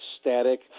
static